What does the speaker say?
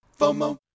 FOMO